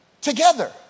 together